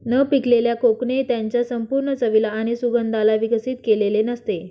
न पिकलेल्या कोकणे त्याच्या संपूर्ण चवीला आणि सुगंधाला विकसित केलेले नसते